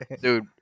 Dude